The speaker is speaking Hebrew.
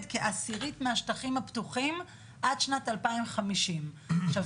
כעשירית מהשטחים הפתוחים עד שנת 2050. עכשיו,